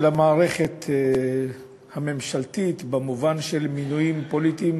המערכת הממשלתית במובן של מינויים פוליטיים